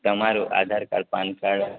તમારું આધારકાર્ડ પાનકાર્ડ